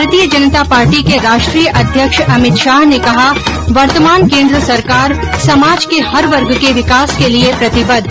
भारतीय जनता पार्टी के राष्ट्रीय अध्यक्ष अमित शाह ने कहा वर्तमान केन्द्र सरकार समाज के हर वर्ग के विकास के लिये प्रतिबद्ध